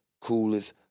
coolest